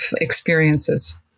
experiences